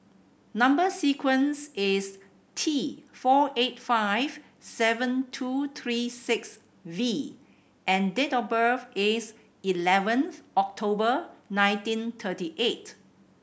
number sequence is T four eight five seven two three six V and date of birth is eleven October nineteen thirty eight